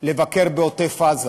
לבקר בעוטף-עזה